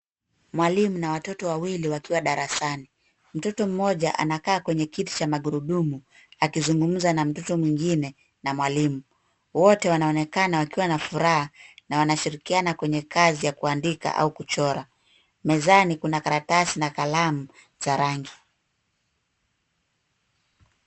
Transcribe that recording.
Mwalimu na watoto wawili wakiwa darasani. Mtoto mmoja anakaa kwenye kiti cha magurudumu akizungumza na mtoto mwengine na mwalimu. Wote wanaonekana wakiwa na furaha na wanashirikiana kwenye kazi ya kuadika au kuchora. Mezani, kuna karatasi na kalamu za rangi.